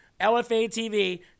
LFA-TV